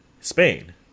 Spain